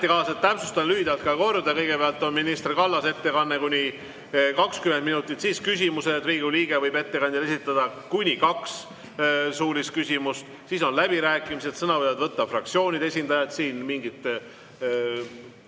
Kõigepealt on minister Kallase ettekanne kuni 20 minutit, siis on küsimused. Riigikogu liige võib ettekandjale esitada kuni kaks suulist küsimust. Siis tulevad läbirääkimised, sõna võivad võtta fraktsioonide esindajad. Siin mingit